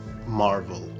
Marvel